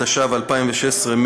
התשע"ו 2016,